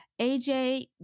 AJ